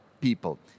people